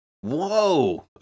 Whoa